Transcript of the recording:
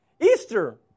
Easter